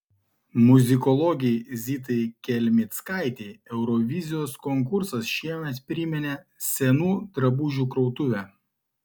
muzikologei zitai kelmickaitei eurovizijos konkursas šiemet priminė senų drabužių krautuvę